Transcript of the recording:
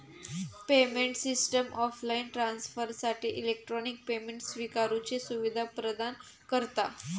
payment system offline ट्रांसफरसाठी electronic payment स्विकारुची सुवीधा प्रदान करता